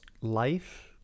life